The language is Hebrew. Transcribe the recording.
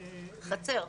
חצר,